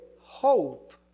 hope